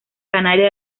canaria